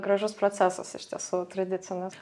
gražus procesas iš tiesų tradicinis